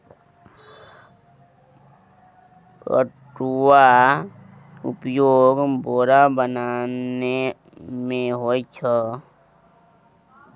पटुआक उपयोग बोरा बनेबामे होए छै